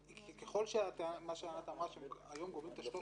לפי מה שענת אמרה, שהיום גובים את ה-13%,